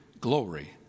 glory